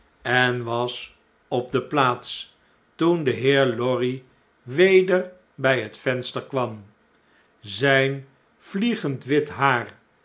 en was op de plaats toen de heer lorry weder bjj het venster kwam zn'n vliegend wit haar